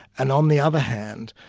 and on the other hand,